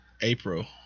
april